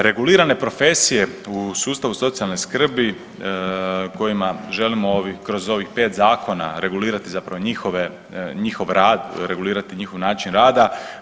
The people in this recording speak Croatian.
Regulirane profesije u sustavu socijalne skrbi kojima želimo kroz ovih pet zakona regulirati zapravo njihov rad, regulirati njihov način rada.